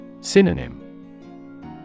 Synonym